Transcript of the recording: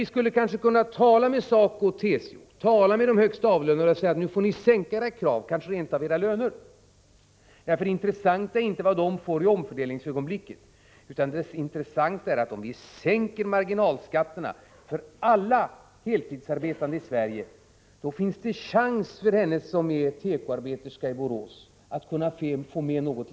Vi skulle kanske tala med SACO, TCO och de högst avlönade och säga att de får sänka sina krav, kanske rent av gå med på en sänkning av lönerna. Det intressanta är nämligen inte vad de får i omfördelningsögonblicket, utan det intressanta är, att om vi sänker marginalskatterna för alla heltidsarbetande i Sverige, finns det chans för henne som är tekoarbeterskai Borås att få något.